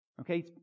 Okay